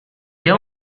dia